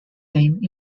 named